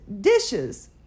dishes